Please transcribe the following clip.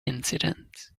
incidents